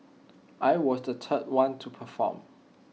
I was the third one to perform